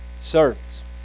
service